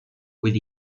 with